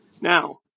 Now